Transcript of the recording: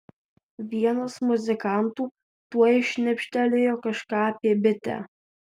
vienas muzikantų tuoj šnibžtelėjo kažką apie bitę